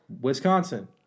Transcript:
Wisconsin